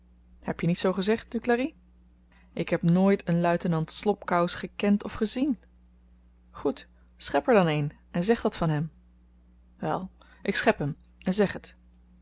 heb je niet zoo gezegd duclari ik heb nooit een luitenant slobkous gekend of gezien goed schep er dan een en zeg dat van hem wèl ik schep hem en zeg het